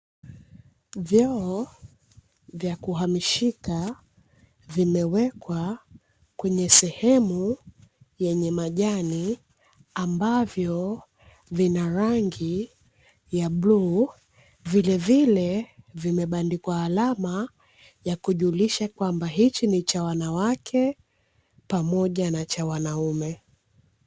Vyoo vya kuhamishika vimewekwa kwenye sehemu ya majani vilevile vimebandikwa alama ya kujulisha hiki ni cha wanaume pamoja na wanawake